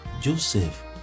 Joseph